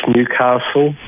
Newcastle